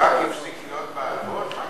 ברק הפסיק להיות בעל הון?